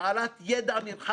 כיושב-ראש ועדת הכלכלה.